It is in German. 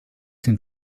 sind